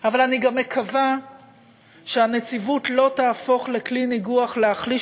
אבל אני גם מקווה שהנציבות לא תהפוך לכלי ניגוח להחליש